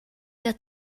ddod